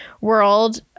world